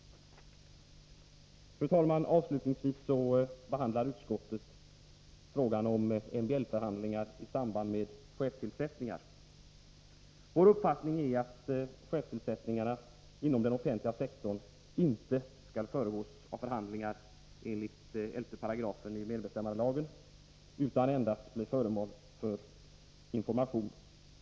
Fru talman! Avslutningsvis behandlar utskottet frågan om MBL-förhandlingar i samband med chefstillsättningar. Vår uppfattning är att chefstillsättningarna inom den offentliga sektorn inte skall föregås av förhandlingar enligt 11 § medbestämmandelagen utan endast bli föremål för information.